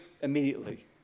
immediately